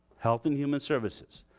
health and human services.